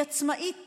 היא עצמאית